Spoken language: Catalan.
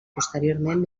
posteriorment